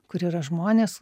kur yra žmonės